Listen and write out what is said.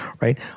Right